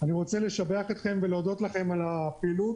אני רוצה לשבח אתכם ולהודות לכם על הפעילות